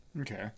Okay